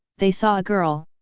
they saw a girl.